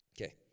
Okay